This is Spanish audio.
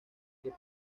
que